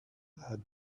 had